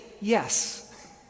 yes